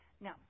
Now